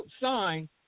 sign